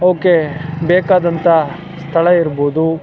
ಅವಕ್ಕೆ ಬೇಕಾದಂಥ ಸ್ಥಳ ಇರ್ಬೋದು